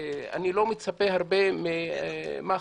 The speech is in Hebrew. אני לא מצפה הרבה ממח"ש.